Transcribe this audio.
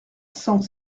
cent